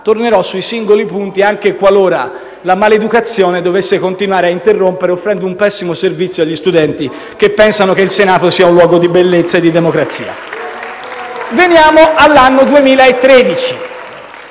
tornerò sui singoli punti anche qualora la maleducazione dovesse continuare ad interrompere, offrendo un pessimo servizio agli studenti che pensano che il Senato sia un luogo di bellezza e di democrazia. *(Applausi dai